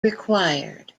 required